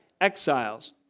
exiles